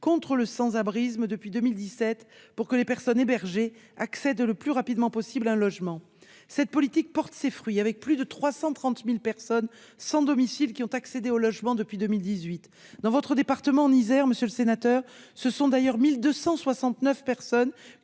contre le sans-abrisme depuis 2017, pour que les personnes hébergées accèdent le plus rapidement possible à un logement. Cette politique porte ses fruits : plus de 330 000 personnes sans domicile ont accédé au logement depuis 2018. Dans votre département de l'Isère, 1 269 personnes